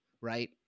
right